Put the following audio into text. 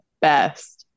best